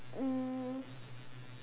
um